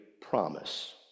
promise